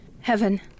heaven